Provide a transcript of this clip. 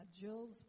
Jill's